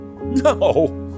No